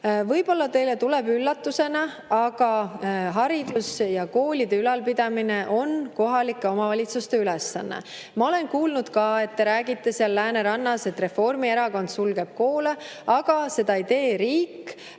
Võib-olla teile tuleb see üllatusena, aga haridus ja koolide ülalpidamine on kohalike omavalitsuste ülesanne. Ma olen kuulnud ka, et te räägite seal Läänerannas, et Reformierakond sulgeb koole, aga seda ei tee riik,